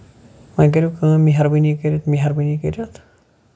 وۄنۍ کٔریو کٲم مہربٲنی کٔرِتھ مہربٲنی کٔرِتھ